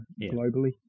globally